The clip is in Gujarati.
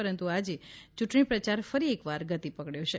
પરંતુ આજે ચૂંટણી પ્રચાર ફરી એકવાર ગતિ પકડ્યો છે